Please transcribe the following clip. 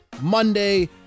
monday